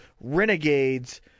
renegades